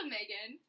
Megan